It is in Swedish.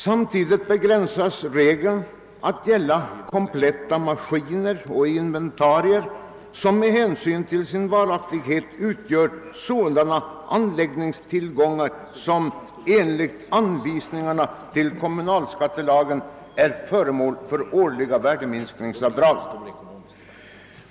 Samtidigt begränsas regeln att gälla kompletta maskiner och inventarier som med hänsyn till sin varaktighet utgör sådana anläggningstillgångar som enligt anvisningarna till kommunalskattelagen är föremål för årliga värdeminskningsavdrag.